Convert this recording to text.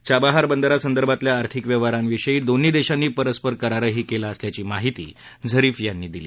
Chabahar बंदरासंदर्भातल्या आर्थिक व्यवहारांविषयी दोन्ही देशांनी परस्पर करारही केला असल्याची माहिती झरीफ यांनी यावेळी दिली